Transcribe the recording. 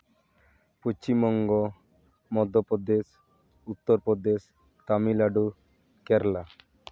Paschimbanga Madhya Pradesh Uttar Pradesh Tamil Nadu Kerala